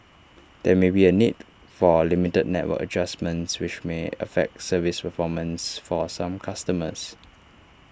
there may be A need for limited network adjustments which may affect service performance for A some customers